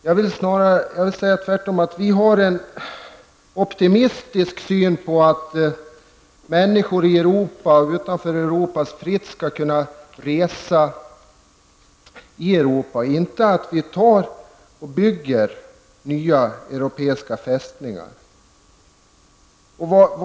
Jag vill säga tvärtom, att vi har en optimistisk syn på att människor från länder i och utanför vår världsdel fritt skall kunna resa i Europa, att det inte skall byggas nya europeiska fästningar.